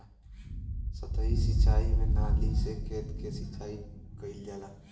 सतही सिंचाई में नाली से खेत के सिंचाई कइल जाला